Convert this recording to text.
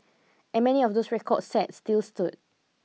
and many of those records set still stood